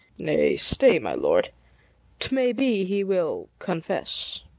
nay, stay, my lord t may be he will confess.